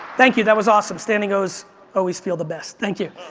thank you, that was awesome, standing os always feel the best, thank you.